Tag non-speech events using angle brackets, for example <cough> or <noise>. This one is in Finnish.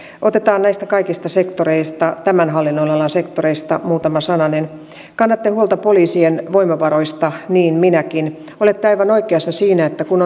otetaan näistä kaikista sektoreista tämän hallinnonalan sektoreista muutama sananen kannatte huolta poliisien voimavaroista niin minäkin olette aivan oikeassa siinä että kun <unintelligible>